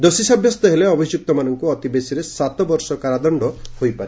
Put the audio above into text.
ଦୋଷୀ ସାବ୍ୟସ୍ତ ହେଲେ ଅଭିଯୁକ୍ତଙ୍କୁ ଅତିବେଶିରେ ସାତବର୍ଷ କାରାଦଣ୍ଡ ହୋଇପାରେ